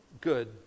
good